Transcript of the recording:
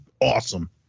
awesome